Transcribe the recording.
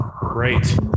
Great